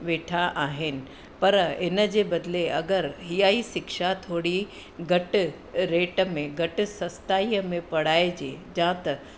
वेठा आहिनि पर इनजे बदिले अगरि इहा ई शिक्षा थोरी घटि रेट में घटि सस्ताईअ में पढ़ाइजे जा त